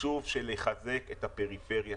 חשוב לחזק את הפריפריה,